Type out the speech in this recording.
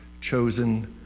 chosen